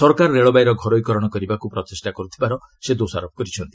ସରକାର ରେଳବାଇର ଘରୋଇ କରଣ କରିବାକୁ ପ୍ରଚେଷ୍ଟା କରୁଥିବାର ସେ ଦୋଷାରୋପ କରିଛନ୍ତି